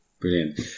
Brilliant